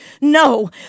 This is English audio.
No